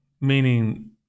meaning